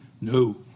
No